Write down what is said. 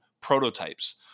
prototypes